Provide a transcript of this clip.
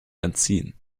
entziehen